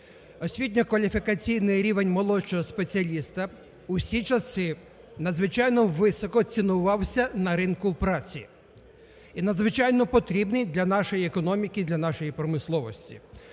Освітньо-кваліфікаційний рівень молодшого спеціаліста в усі часи надзвичайно високо цінувався на ринку праці і надзвичайно потрібний для нашої економіки і для нашої промисловості.